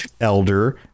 elder